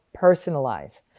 personalize